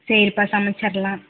சரிப்பா சமைச்சர்லாம்